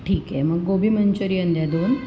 ठीक आहे मग गोबी मंच्युरियन द्या दोन